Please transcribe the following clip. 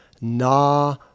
na